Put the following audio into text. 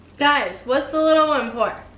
guys, what's the little one for?